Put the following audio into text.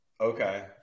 Okay